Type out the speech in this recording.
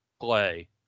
play